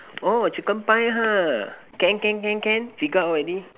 oh chicken pie ha can can can can figure out already